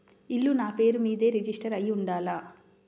ఇల్లు నాపేరు మీదే రిజిస్టర్ అయ్యి ఉండాల?